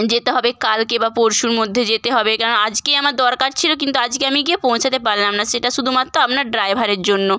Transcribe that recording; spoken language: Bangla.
যেতে হবে কালকে বা পরশুর মধ্যে যেতে হবে কেন আজকেই আমার দরকার ছিল কিন্তু আজকে আমি গিয়ে পৌঁছাতে পারলাম না সেটা শুধুমাত্র আপনার ড্রাইভারের জন্য